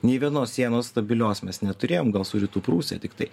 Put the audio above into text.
nei vienos sienos stabilios mes neturėjom gal su rytų prūsija tiktai